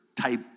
type